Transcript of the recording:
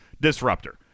disruptor